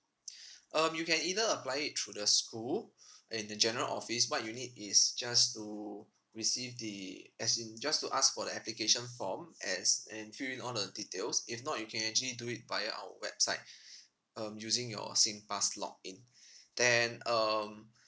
um you can either apply it through the school and the general office what you need is just to receive the as in just to ask for the application form as and fill in all the details if not you can actually do it via our website um using your SINGPASS login then um